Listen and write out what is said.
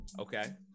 Okay